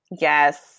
yes